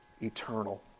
eternal